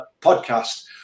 podcast